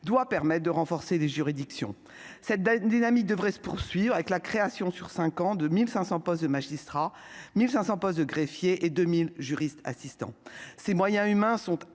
doit permettre de renforcer les juridictions. Cette dynamique devrait se poursuivre avec la création, sur cinq ans, de 1 500 postes de magistrats, 1 500 postes de greffiers et 2 000 postes de juristes assistants. Ces moyens humains sont